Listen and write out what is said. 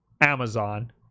Amazon